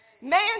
Man